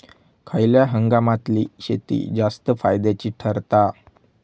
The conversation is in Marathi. खयल्या हंगामातली शेती जास्त फायद्याची ठरता?